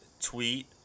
tweet